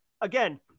Again